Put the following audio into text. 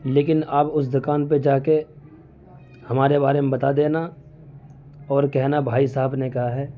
لیکن آپ اس دوکان پہ جا کے ہمارے بارے میں بتا دینا اور کہنا بھائی صاحب نے کہا ہے